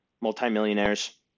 multimillionaires